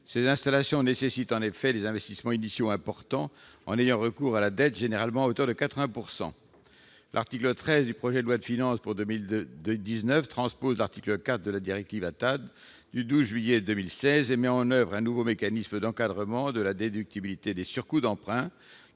Ces installations nécessitent en effet des investissements initiaux importants, en ayant recours à la dette, généralement à hauteur de 80 %. L'article 13 du projet de loi de finances pour 2019 transpose l'article 4 de la directive ATAD du 12 juillet 2016 et met en oeuvre un nouveau mécanisme d'encadrement de la déductibilité des surcoûts d'emprunt,